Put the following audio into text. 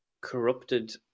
corrupted